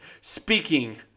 Speaking